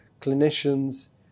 Clinicians